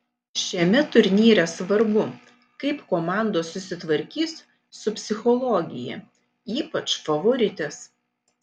šiame turnyre svarbu kaip komandos susitvarkys su psichologija ypač favoritės